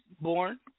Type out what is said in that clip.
born